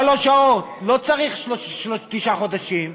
שלוש שעות, לא צריך תשעה חודשים.